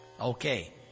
Okay